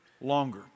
longer